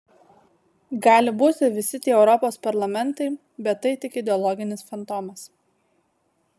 gali būti visi tie europos parlamentai bet tai tik ideologinis fantomas